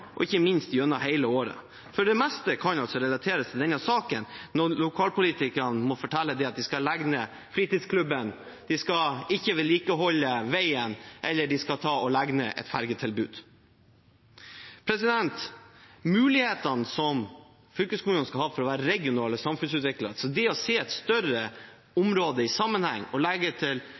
og ikke minst gjennom hele året. Det meste kan altså relateres til denne saken når lokalpolitikerne må fortelle at de skal legge ned fritidsklubben, ikke vedlikeholde veien eller legge ned et fergetilbud. Mulighetene fylkeskommunene skal ha til å være regionale samfunnsutviklere – det å se et større område i sammenheng og legge